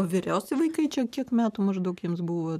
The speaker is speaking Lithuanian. o vyriausi vaikai čia kiek metų maždaug jiems buvo